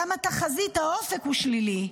גם תחזית האופק היא שלילית,